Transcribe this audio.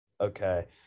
okay